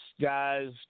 guys